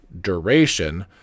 duration